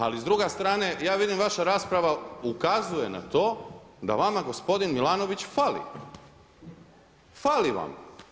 Ali s druge strane, ja vidim vaša rasprava ukazuje na to da vama gospodin Milanović fali, fali vam.